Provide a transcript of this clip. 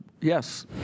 Yes